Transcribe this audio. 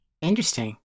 Interesting